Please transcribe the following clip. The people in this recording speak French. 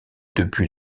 depuis